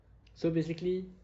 so basically